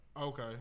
Okay